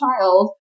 child